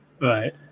right